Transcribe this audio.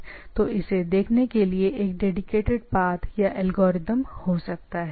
तो इसे देखने के लिए एक डेडीकेटेड पाथ या हो सकता है